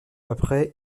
après